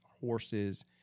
horses